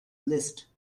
list